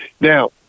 Now